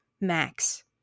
Max